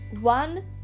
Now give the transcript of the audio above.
one